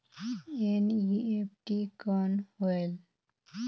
NEFT कौन होएल?